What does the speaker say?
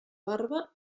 barba